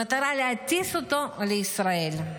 במטרה להטיס אותו לישראל,